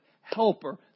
helper